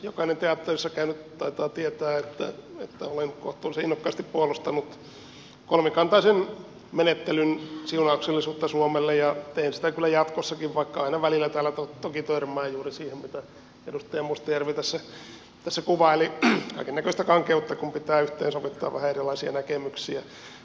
jokainen teatterissa käynyt taitaa tietää että olen kohtuullisen innokkaasti puolustanut kolmikantaisen menettelyn siunauksellisuutta suomelle ja teen sitä kyllä jatkossakin vaikka aina välillä täällä toki törmää juuri siihen mitä edustaja mustajärvi tässä kuvaili kaikennäköistä kankeutta kun pitää yhteensovittaa vähän erilaisia näkemyksiä